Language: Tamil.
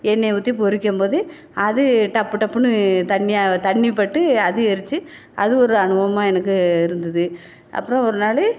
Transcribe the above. எண்ணெயை ஊற்றி பொறிக்கும் போது அது டப்பு டப்புனு தண்ணியாக தண்ணி பட்டு அது எரிச்சி அது ஒரு அனுபவமாக எனக்கு இருந்துது அப்புறம் ஒரு நாள்